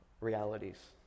realities